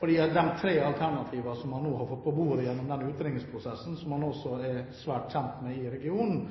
Gjennom de tre alternativene som man nå har fått på bordet i forbindelse med utredningsprosessen, som man også er svært kjent med i regionen,